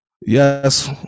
yes